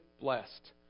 blessed